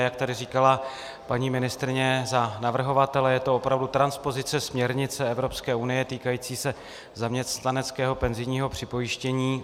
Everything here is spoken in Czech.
Jak tady říkala paní ministryně za navrhovatele, je to opravdu transpozice směrnice Evropské unie týkající se zaměstnaneckého penzijního připojištění.